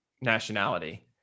nationality